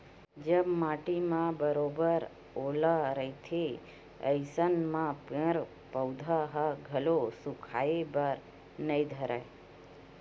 जब माटी म बरोबर ओल रहिथे अइसन म पेड़ पउधा ह घलो सुखाय बर नइ धरय